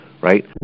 right